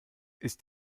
ist